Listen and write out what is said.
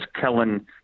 Kellen